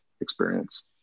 experience